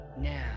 now